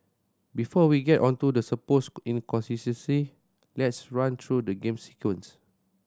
before we get on to the supposed inconsistency let's run through the game's sequence